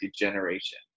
degeneration